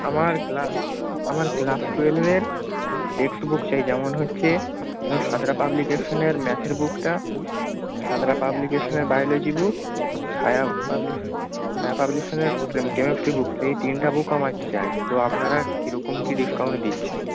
আমার ক্লা আমার ক্লাস টুয়েলভের টেক্সট বুক চাই যেমন হচ্ছে সাঁতরা পাবলিকেশনের ম্যাথের বুকটা সাঁতরা পাবলিকেশনের biology book Chhaya publication Chhaya পাবলিকশনের কেমিস্ট্রি বুক এই তিনটে বুক আমার চাই তো আপনারা কী রকম কী ডিসকাউন্ট দিচ্ছেন